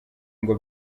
ngo